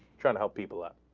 travel people up